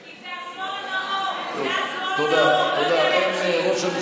כי זה השמאל, לא יודע להקשיב.